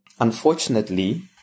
unfortunately